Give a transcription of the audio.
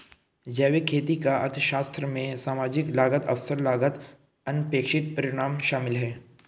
जैविक खेती का अर्थशास्त्र में सामाजिक लागत अवसर लागत अनपेक्षित परिणाम शामिल है